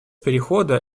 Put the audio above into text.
перехода